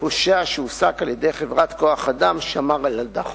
פושע שהועסק על-ידי חברת כוח-אדם שמר על ילדה חולה.